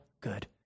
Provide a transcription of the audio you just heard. good